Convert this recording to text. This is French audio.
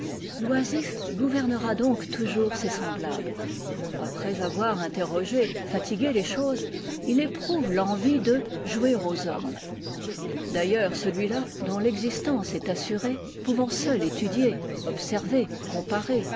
l'oisif gouvernera donc toujours ses semblables après avoir interrogé fatigué les choses il éprouve l'envie de jouer aux hommes d'ailleurs celui-là dont l'existence est assurée pouvant seul étudier observer comparer